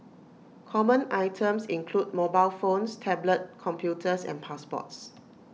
common items include mobile phones tablet computers and passports